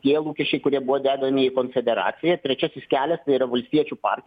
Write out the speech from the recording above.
tie lūkesčiai kurie buvo dedami į konfederaciją trečiasis kelias tai yra valstiečių partija